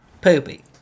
poopy